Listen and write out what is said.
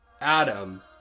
Adam